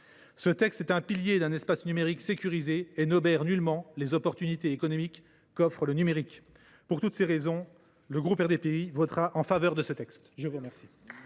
Ce texte est le pilier d’un espace numérique sécurisé et n’obère nullement les opportunités économiques qu’offre le numérique. Pour toutes ces raisons, le groupe RDPI votera en sa faveur. Très bien